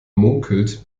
munkelt